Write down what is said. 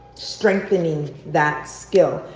strengthening that skill.